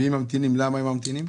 ואם ממתינים, למה הם ממתינים?